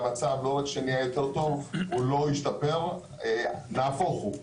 המצב לא רק שלא נהיה יותר טוב ולא השתפר - נהפוך הוא.